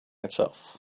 itself